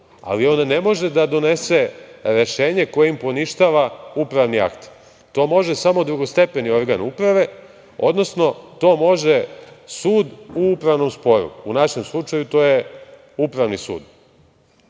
ali on ne može da donese rešenje kojim poništava upravni akt. To može samo drugostepeni organ uprave, odnosno to može sud u upravnom sporu. U našem slučaju to je Upravni